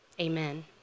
Amen